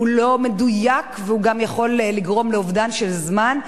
הוא לא מדויק והוא גם יכול לגרום לאובדן של זמן,